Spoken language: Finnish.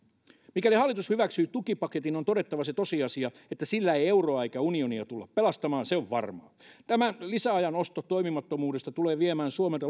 mikäli hallitus hyväksyy tukipaketin on todettava se tosiasia että sillä ei euroa eikä unionia tulla pelastamaan se on varmaa tämä lisäajan osto toimimattomuudessaan tulee viemään suomelta